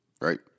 right